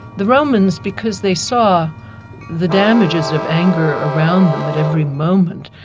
the romans, because they saw the damages of anger around them at every moment,